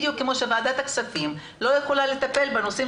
בדיוק כמו שוועדת הכספים לא יכולה לטפל בנושאים